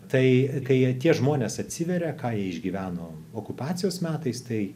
tai kai jie tie žmonės atsiveria ką jie išgyveno okupacijos metais tai